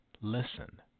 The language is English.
listen